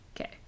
okay